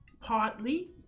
partly